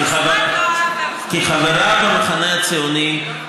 כחברה במחנה הציוני,